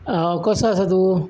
आं कसो आसा तूं